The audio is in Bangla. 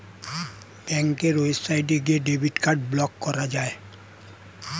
ব্যাঙ্কের ওয়েবসাইটে গিয়ে ডেবিট কার্ড ব্লক করা যায়